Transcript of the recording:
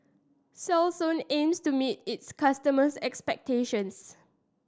Selsun aims to meet its customers' expectations